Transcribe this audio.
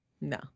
no